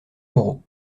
moreau